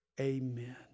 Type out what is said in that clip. Amen